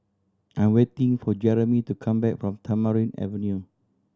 I'm waiting for Jermey to come back from Tamarind Avenue